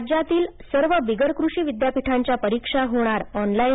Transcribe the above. राज्यातील सर्व बिगरकृषी विद्यापीठांच्या परीक्षा होणार ऑनलाईन